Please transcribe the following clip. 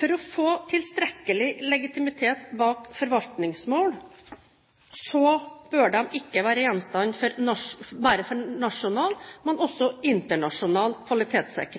For å få tilstrekkelig legitimitet bak forvaltningsmål bør de ikke bare være gjenstand for